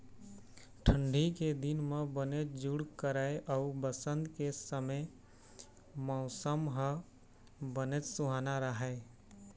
ठंडी के दिन म बनेच जूड़ करय अउ बसंत के समे मउसम ह बनेच सुहाना राहय